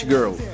Girl